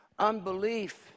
Unbelief